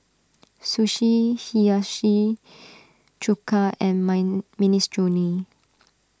Sushi Hiyashi Chuka and mine Minestrone